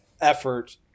effort